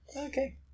Okay